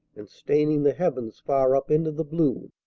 and staining the heavens far up into the blue.